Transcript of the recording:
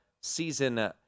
season